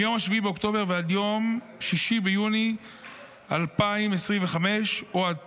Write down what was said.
מיום 7 באוקטובר ועד יום 6 ביוני 2025 או עד